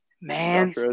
Man